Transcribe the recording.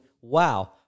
wow